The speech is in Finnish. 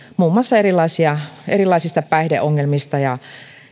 muun muassa erilaisista päihdeongelmista ja